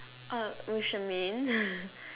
uh with Shermaine